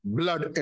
blood